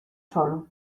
solo